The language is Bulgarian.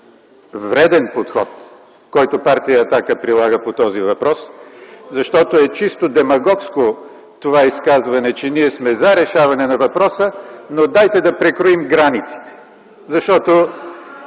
вреден подход, който партия „Атака” прилага по този въпрос, защото е чисто демагогско това изказване, че ние сме за решаване на въпроса, но дайте да прекроим границите, защото